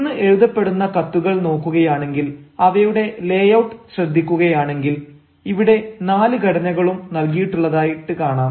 ഇന്ന് എഴുതപ്പെടുന്ന കത്തുകൾ നോക്കുകയാണെങ്കിൽ അവയുടെ ലേയൌട്ട് ശ്രദ്ധിക്കുകയാണെങ്കിൽ ഇവിടെ നാല് ഘടനകളും നൽകിയിട്ടുള്ളതായിട്ട് കാണാം